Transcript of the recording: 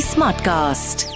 Smartcast